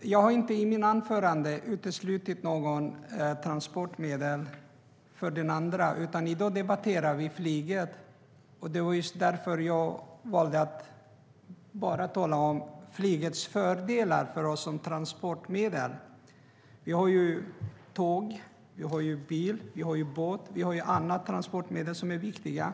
Jag har inte i mitt anförande uteslutit något transportmedel till förmån för ett annat. I dag debatterar vi flyget, och det var just därför jag valde att bara tala om flygets fördelar som transportmedel för oss. Vi har tåg, bil, båt och andra transportmedel som är viktiga.